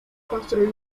construir